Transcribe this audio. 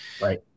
Right